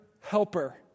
helper